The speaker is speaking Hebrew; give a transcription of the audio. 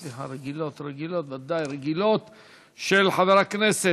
של חברי הכנסת.